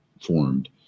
formed